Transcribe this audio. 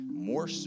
More